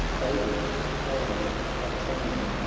fav'rite child of fame!